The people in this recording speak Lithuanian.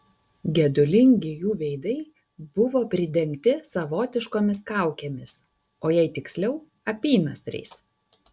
gedulingi jų veidai buvo pridengti savotiškomis kaukėmis o jei tiksliau apynasriais